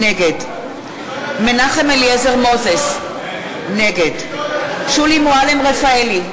נגד מנחם אליעזר מוזס, נגד שולי מועלם-רפאלי,